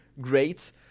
great